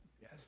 Yes